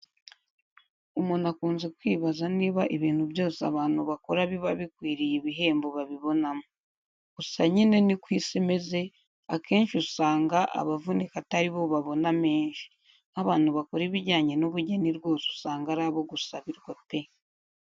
Umuntu akunze kwibaza niba ibintu byose abantu bakora biba bikwiriye ibihembo babibonamo. Gusa nyine ni ko isi imeze, akenshi usanga abavunika atari bo babona menshi. Nk'abantu bakora ibijyanye n'ubugeni rwose usanga ari abo gusabirwa pe!